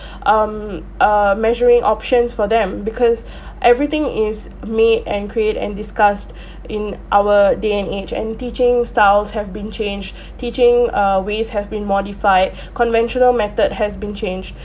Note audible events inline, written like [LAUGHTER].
um a measuring options for them because [BREATH] everything is made and create and discussed [BREATH] in our day and age and teaching styles have been changed [BREATH] teaching uh ways have been modified [BREATH] conventional method has been changed